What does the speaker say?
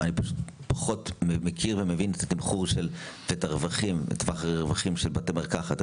אני פחות מכיר ומבין את התמחור ואת טווח הרווחים של בתי המרקחת.